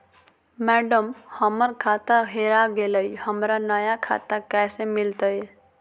madam, हमर खाता हेरा गेलई, हमरा नया खाता कैसे मिलते